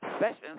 Sessions